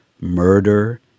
murder